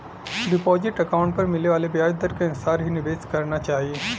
deposit account पर मिले वाले ब्याज दर के अनुसार ही निवेश करना चाही